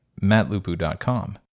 mattlupu.com